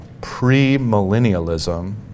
premillennialism